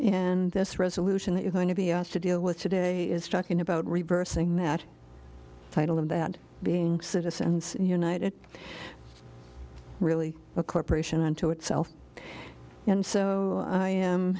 and this resolution that you're going to be asked to deal with today is talking about reversing that title of that being citizens united really a corporation unto itself and so i am